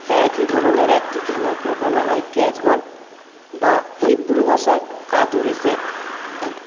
একই ধরনের একটি খেলাকে বলা হয় ক্যাচবল বা হিব্রু ভাষায় কাদুরেশেট